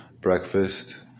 breakfast